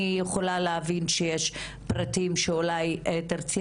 אני יכולה להבין שיש פרטים שאולי תרצי